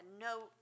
no